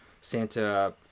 Santa